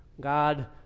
God